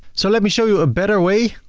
so let me show you a better way.